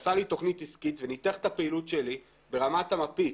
שעשה לי תוכנית עסקית וניתח את הפעילות שלי ברמת המפית,